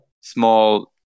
small